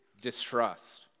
distrust